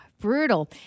brutal